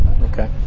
Okay